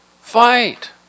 fight